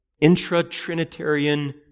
intra-Trinitarian